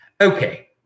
Okay